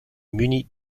munie